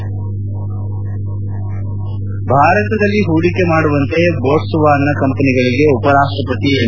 head ಭಾರತದಲ್ಲಿ ಹೂಡಿಕೆ ಮಾಡುವಂತೆ ಬೋಟ್ಸ್ವಾನಾ ಕಂಪೆನಿಗಳಿಗೆ ಉಪರಾಷ್ಸಪತಿ ಎಂ